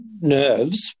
nerves